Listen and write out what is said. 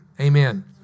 Amen